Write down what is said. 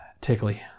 tickly